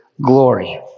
glory